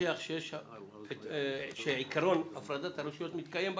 להוכיח שעיקרון הפרדת הרשויות מתקיים בכנסת,